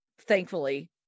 thankfully